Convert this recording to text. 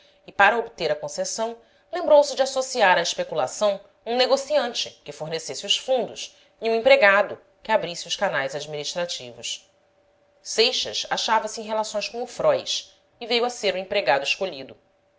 e para obter a concessão lembrou-se de associar à especulação um negociante que fornecesse os fundos e um empregado que abrisse os canais administrativos seixas achava-se em relações com o fróis e veio a ser o em pregado escolhido